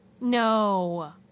no